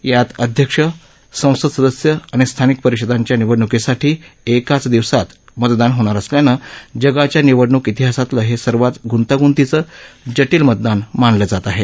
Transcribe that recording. यात अध्यक्ष संसद सदस्य आणि स्थानिक परिषदांच्या निवडणुकीसाठी एकाच दिवसात मतदान होणार असल्यानं जगाच्या निवडणूक इतिहासातलं हे सर्वात गुंतागुंतीचं जटील मतदान मानलं जात आहे